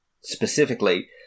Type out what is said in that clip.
specifically